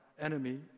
enemy